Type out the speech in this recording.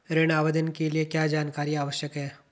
ऋण आवेदन के लिए क्या जानकारी आवश्यक है?